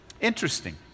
Interesting